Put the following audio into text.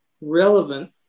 relevant